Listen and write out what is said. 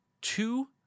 two